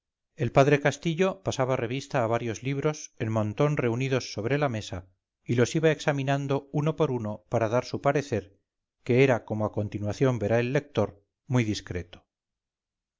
el padre castillo pasaba revista a varios libros en montón reunidos sobre la mesa y los iba examinando uno por uno para dar su parecer que era como a continuación verá el lector muy discreto